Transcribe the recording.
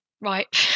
right